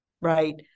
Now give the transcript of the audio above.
right